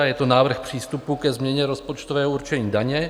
Je to návrh přístupu ke změně rozpočtového určení daní.